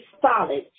solid